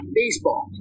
baseball